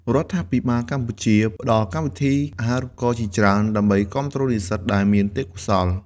រដ្ឋាភិបាលកម្ពុជាផ្តល់កម្មវិធីអាហារូបករណ៍ជាច្រើន ដើម្បីគាំទ្រនិស្សិតដែលមានទេពកោសល្យ។